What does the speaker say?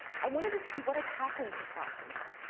i wanted to see what had happened to fatima.